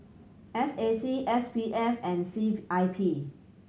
S A C S P F and C I P